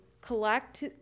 collect